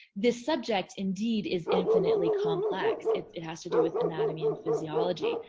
this subject indeed is infinitely complex. it has to do with anatomy and physiology.